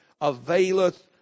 availeth